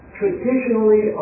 traditionally